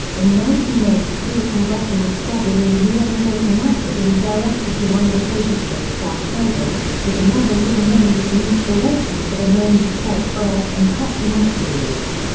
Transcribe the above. ninety ninety two a congressional study in the u s. led to nasa being directed to undertake a spaceguard survey, with the novel being named as the inspiration for the name to search for earth-impacting asteroids.